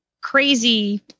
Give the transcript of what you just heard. crazy